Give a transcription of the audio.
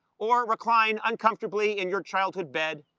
or recline uncomfortably in your childhood bed,